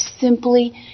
simply